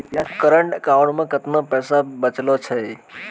Current account मे केतना पैसा बचलो छै?